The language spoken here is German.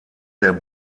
der